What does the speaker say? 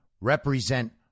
represent